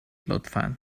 لطفا